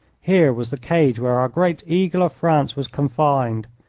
here was the cage where our great eagle of france was confined!